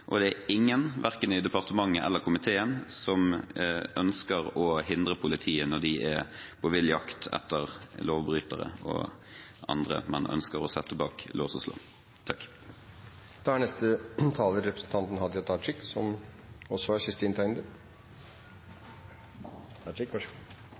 og det er ingen, verken i departementet eller i komiteen, som ønsker å hindre politiet når de er på vill jakt etter lovbrytere og andre man ønsker å sette bak lås og slå. Eg vil rosa saksordføraren for ei smidig handtering av ei sak som